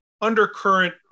undercurrent